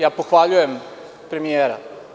Ja pohvaljujem premijera.